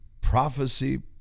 prophecy